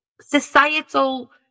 societal